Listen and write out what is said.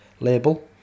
label